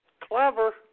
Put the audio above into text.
clever